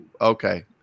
Okay